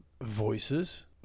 voices